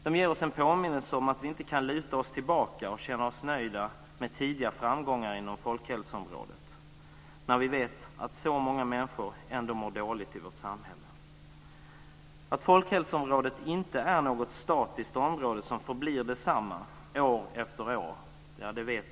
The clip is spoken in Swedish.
Detta ger oss en påminnelse om att vi inte kan luta oss tillbaka och känna oss nöjda med tidigare framgångar inom folkhälsoområdet när vi vet att så många människor ändå mår dåligt i vårt samhälle. Vi vet alla att folkhälsoområdet inte är något statiskt område som förblir detsamma år efter år.